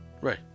Right